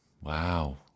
Wow